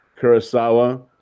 Kurosawa